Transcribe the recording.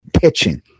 Pitching